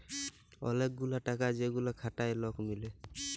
ওলেক গুলা টাকা যেগুলা খাটায় লক মিলে